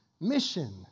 mission